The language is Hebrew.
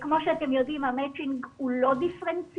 כמו שאתם יודעים המצ'ינג הוא לא דיפרנציאלי,